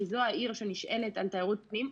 כי זו העיר שנשענת על תיירות פנים,